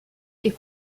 est